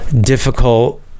difficult